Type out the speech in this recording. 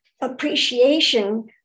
appreciation